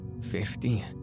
Fifty